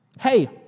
Hey